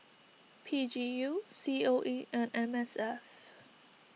P G U C O E and M S F